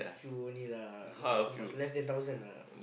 few only lah not so much less than thousand ah